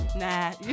Nah